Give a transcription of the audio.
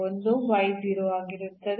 ಒಂದೋ y 0 ಆಗಿರುತ್ತದೆ